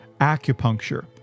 acupuncture